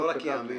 לא רק ייאמר.